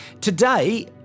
Today